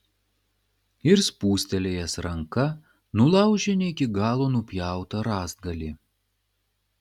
ir spūstelėjęs ranka nulaužė ne iki galo nupjautą rąstgalį